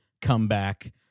comeback